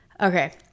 okay